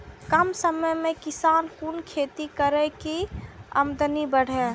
कम समय में किसान कुन खैती करै की आमदनी बढ़े?